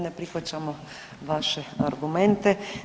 Ne prihvaćamo vaše argumente.